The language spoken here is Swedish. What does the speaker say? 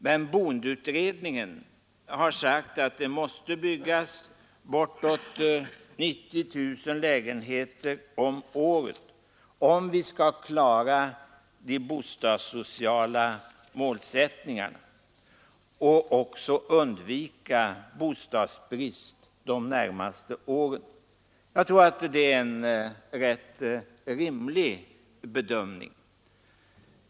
Men boendeutredningen har sagt att det måste byggas bortåt 90 000 lägenheter om året, om vi skall klara de bostadssociala målsättningarna och undvika bostadsbrist de närmaste åren. Jag tror att det är en rätt rimlig bedömning.